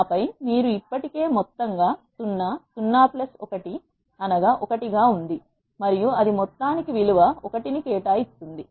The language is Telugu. ఆపై మీరు ఇప్పటికే మొత్తంగా 0 0 1 1 గా ఉంది మరియు అది మొత్తానికి విలువ 1 ని కేటాయిస్తుంది